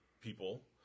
people